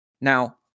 Now